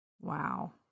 wow